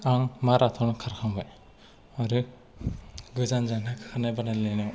आं माराथ'न खारखांबाय आरो गोजान जानथाय खारनाय बादायलायनायाव